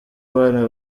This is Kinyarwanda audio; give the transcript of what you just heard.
bana